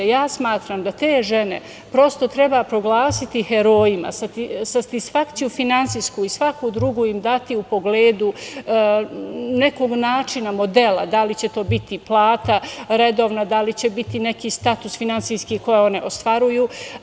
Ja smatram da te žene prosto treba proglasiti herojima, satisfakciju finansijsku i svaku drugu im dati u pogledu nekog načina, modela, da li će to biti plata redovna, da li će biti neki status finansijski koje one ostvaruju.